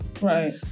Right